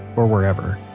or wherever.